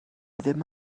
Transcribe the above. ddim